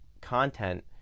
content